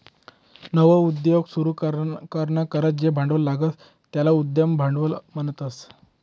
नवा उद्योग सुरू कराना करता जे भांडवल लागस त्याले उद्यम भांडवल म्हणतस